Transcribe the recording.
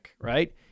Right